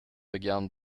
began